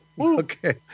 Okay